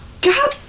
God